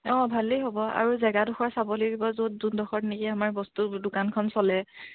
অঁ ভালেই হ'ব আৰু জেগাডোখৰ চাব লাগিব য'ত যোনডোখৰত নেকি আমাৰ বস্তু দোকানখন চলে